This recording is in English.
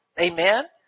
Amen